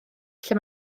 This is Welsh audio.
lle